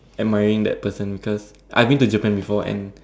admiring that person because I've been to Japan before and